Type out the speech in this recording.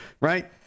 right